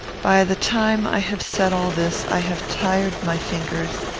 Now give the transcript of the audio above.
by the time i have said all this, i have tired my fingers,